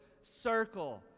circle